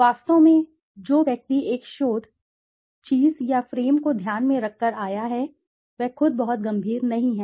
वास्तव में जो व्यक्ति एक शोध चीज फ्रेम को ध्यान में रखकर आया है वह खुद बहुत गंभीर नहीं है